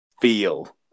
feel